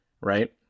Right